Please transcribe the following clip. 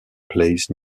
plays